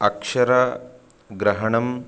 अक्षरग्रहणम्